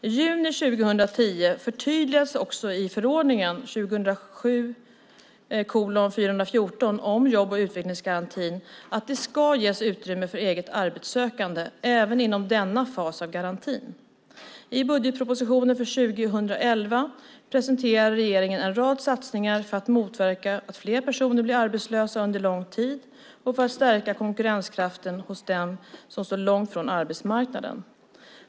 I juni 2010 förtydligades också i förordningen om jobb och utvecklingsgarantin att det ska ges utrymme för eget arbetssökande även inom denna fas av garantin. I budgetpropositionen för 2011 presenterar regeringen en rad satsningar för att motverka att fler personer blir arbetslösa under lång tid och för att stärka konkurrenskraften hos dem som står långt från arbetsmarknaden.